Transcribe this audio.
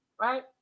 right